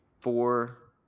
four